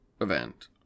event